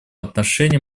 отношении